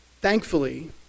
Thankfully